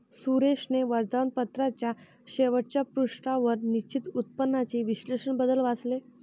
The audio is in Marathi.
सुरेशने वर्तमानपत्राच्या शेवटच्या पृष्ठावर निश्चित उत्पन्नाचे विश्लेषण बद्दल वाचले